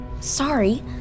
Sorry